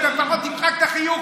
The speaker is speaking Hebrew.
לפחות תמחק את החיוך,